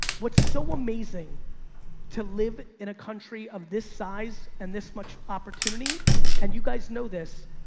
what's so amazing to live in a country of this size and this much opportunity and you guys know this,